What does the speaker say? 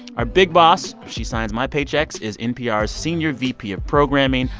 our big boss she signs my paychecks is npr's senior vp of programming,